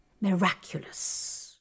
Miraculous